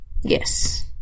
Yes